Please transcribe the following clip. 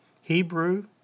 Hebrew